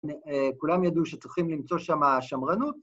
כולם ידעו שצריכים למצוא שם השמרנות?